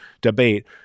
debate